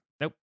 Nope